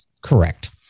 Correct